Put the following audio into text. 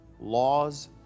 laws